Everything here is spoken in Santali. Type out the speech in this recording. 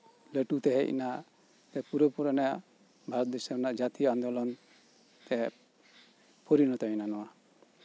ᱞᱟᱹᱴᱩᱛᱮ ᱦᱮᱡ ᱮᱱᱟ ᱯᱩᱨᱟᱹ ᱯᱩᱨᱤ ᱚᱱᱟ ᱵᱷᱟᱨᱚᱛ ᱫᱤᱥᱚᱢ ᱨᱮᱭᱟᱜ ᱡᱟᱛᱤᱭᱚ ᱟᱱᱫᱳᱞᱚᱱᱛᱮ ᱯᱚᱨᱤᱱᱤᱛᱚᱭᱮᱱᱟ ᱱᱚᱶᱟ